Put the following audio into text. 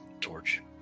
torch